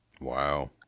Wow